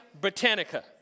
Britannica